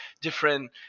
different